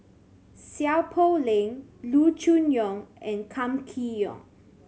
Seow Poh Leng Loo Choon Yong and Kam Kee Yong